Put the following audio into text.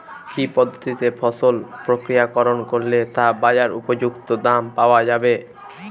কি পদ্ধতিতে ফসল প্রক্রিয়াকরণ করলে তা বাজার উপযুক্ত দাম পাওয়া যাবে?